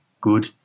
good